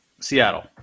Seattle